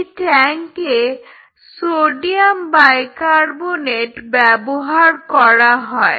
এই ট্যাংকে sodium bicarbonate ব্যবহার করা হয়